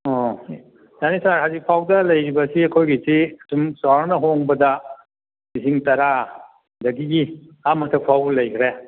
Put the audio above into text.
okay ꯌꯥꯅꯤ sir ꯍꯧꯖꯤꯛꯐꯥꯎꯗ ꯂꯩꯔꯤꯕꯁꯤ ꯑꯩꯈꯣꯏꯒꯤꯁꯤ ꯑꯗꯨꯝ ꯆꯥꯎꯔꯥꯛꯅ ꯍꯣꯡꯕꯗ ꯂꯤꯁꯤꯡ ꯇꯔꯥ ꯗꯒꯤ ꯑꯥ ꯃꯊꯛ ꯐꯥꯎꯕ ꯂꯩꯈ꯭ꯔꯦ